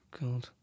God